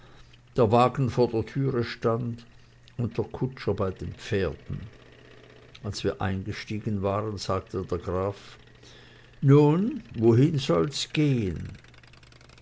der wagen vor der türe stand und der kutscher bei den pferden als wir eingestiegen waren sagte der graf nun wohin soll's gehen